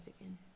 again